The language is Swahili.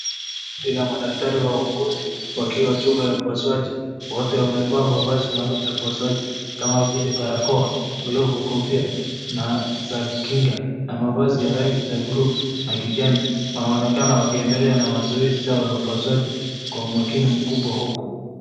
Madakitari wa uokozi wakiwa chumba cha upasuaji. Wote wamevaa mavazi maalum ya upasuaji kama vile barakoa, glovu, kofia za kinga na mavazi ya rangi za buluu na kijani. Wanaonekana wakiendelea na mazoezi yao ya upasuaji kwa umakini mkubwa huku.